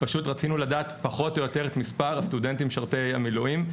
רצינו לדעת פחות או יותר את מספר הסטודנטים משרתי המילואים,